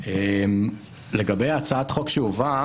לגבי הצעת החוק שהועברה